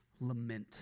Lament